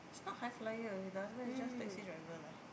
she not high flyer the husband is just taxi driver leh